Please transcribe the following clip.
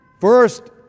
first